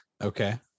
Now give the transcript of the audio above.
Okay